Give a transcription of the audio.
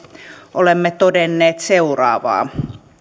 olemme todenneet seuraavaa